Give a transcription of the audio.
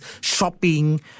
shopping